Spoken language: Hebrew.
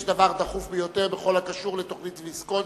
יש דבר דחוף ביותר בכל הקשור לתוכנית ויסקונסין,